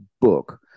book